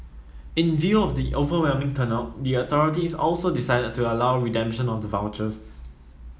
in view of the overwhelming turnout the authorities also decided to allow redemption of the vouchers